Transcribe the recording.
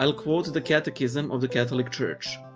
um quote the catechism of the catholic church.